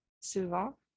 souvent